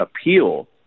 appeal